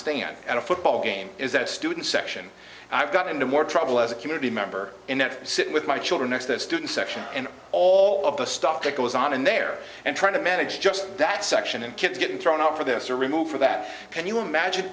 stand at a football game is that student section and i've got into more trouble as a community member in that city with my children it's the student section and all of the stuff that goes on in there and trying to manage just that section and kids getting thrown out for this or removed for that can you imagine